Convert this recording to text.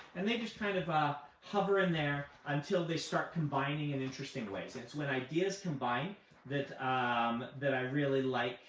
and they just kind of ah hover in there until they start combining in interesting ways. it's when ideas combine that um that i really like